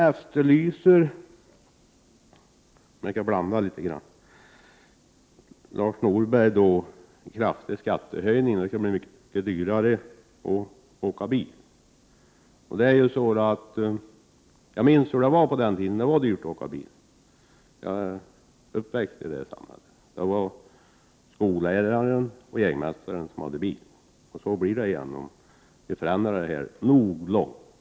Lars Norberg efterlyser en kraftig skattehöjning som gör det mycket dyrare att åka bil. Jag minns hur det var på den tiden då det var dyrt att åka bil; jag är uppväxt i det samhället. Det var skolläraren och jägmästaren som hade bil. Så blir det igen, om vi går nog långt i förändringen.